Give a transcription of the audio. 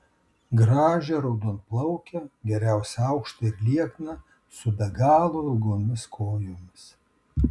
gražią raudonplaukę geriausia aukštą ir liekną su be galo ilgomis kojomis